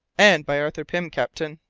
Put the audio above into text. and by arthur pym, captain.